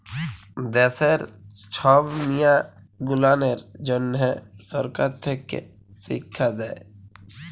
দ্যাশের ছব মিয়াঁ গুলানের জ্যনহ সরকার থ্যাকে শিখ্খা দেই